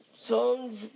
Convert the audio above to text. songs